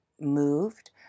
moved